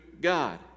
God